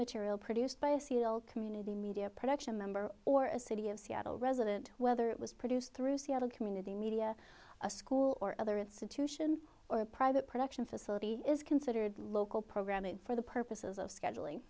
material produced by a sealed community media production number or a city of seattle resident whether it was produced through seattle community media a school or other institution or a private production facility is considered local programming for the purposes of scheduling